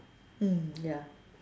mm ya